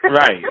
Right